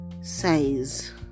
size